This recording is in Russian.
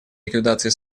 ликвидации